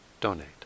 donate